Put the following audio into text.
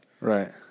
Right